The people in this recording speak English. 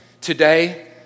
today